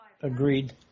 Agreed